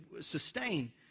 sustain